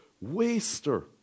waster